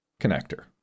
connector